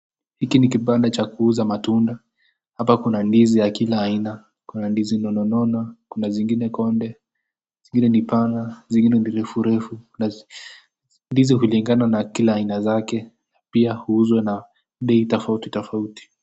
Hiki ni kibanda cha kuuza matunda, hapa kuna ndizi ya kila aina, kuna ndizi nono nono, kuna zingine konde, zingine ni pana, zingine nirefu refu. ndizi hulingana na aina zake pia huuzwa na bei tofauti tofauti.